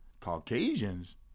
Caucasians